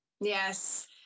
Yes